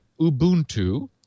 Ubuntu